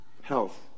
Health